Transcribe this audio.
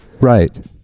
Right